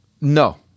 No